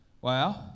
Wow